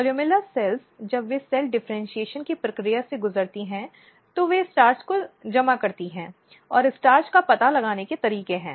columella cells जब वे cell differentiation की प्रक्रिया से गुजरती हैं तो वे स्टार्च को जमा करती हैं और स्टार्च का पता लगाने के तरीके हैं